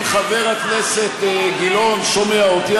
אם חבר הכנסת גילאון שומע אותי,